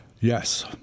Yes